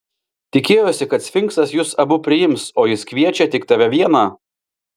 tikėjosi kad sfinksas jus abu priims o jis kviečia tik tave vieną